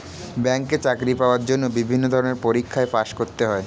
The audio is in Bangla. ব্যাংকে চাকরি পাওয়ার জন্য বিভিন্ন ধরনের পরীক্ষায় পাস করতে হয়